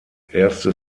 erste